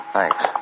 Thanks